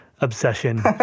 obsession